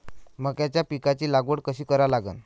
मक्याच्या पिकाची लागवड कशी करा लागन?